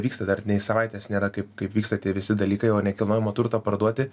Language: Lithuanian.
vyksta dar nei savaitės nėra kaip vyksta tie visi dalykai o nekilnojamą turtą parduoti